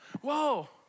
Whoa